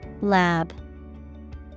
Lab